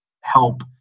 help